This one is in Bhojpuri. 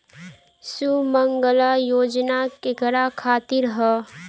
सुमँगला योजना केकरा खातिर ह?